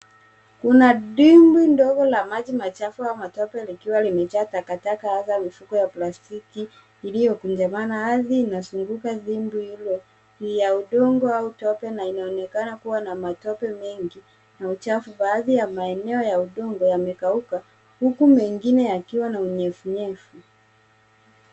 Kuna dimbwi ndogo la maji machafu au matope likiwa limejaa takataka hasa mifuko ya plastiki iliyokunjamana. Ardhi inazunguka dimbwi hilo ni ya udongo au tope na inaonekana kuwa na matope mengi na uchafu. Baadhi ya maeneo ya utumbo yamekauka huku mengine yakiwa na unyevunyevu.